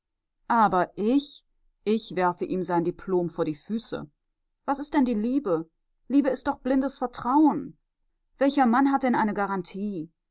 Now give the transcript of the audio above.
aber ich ich werfe ihm sein diplom vor die füße was ist denn die liebe liebe ist doch blindes vertrauen welcher mann hat denn eine garantie